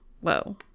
Whoa